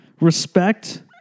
Respect